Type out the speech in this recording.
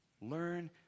Learn